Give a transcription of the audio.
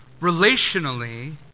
relationally